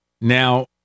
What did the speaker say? Now